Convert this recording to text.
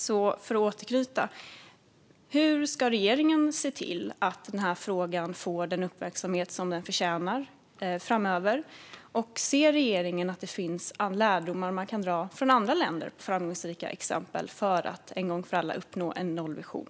Så för att återknyta: Hur ska regeringen se till att denna fråga framöver får den uppmärksamhet den förtjänar? Ser regeringen att det finns lärdomar att dra av framgångsrika exempel i andra länder för att en gång för alla uppnå en nollvision?